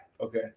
okay